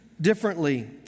differently